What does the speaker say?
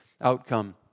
outcome